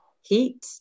heat